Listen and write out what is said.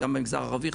גם המגזר הערבי,